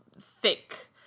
thick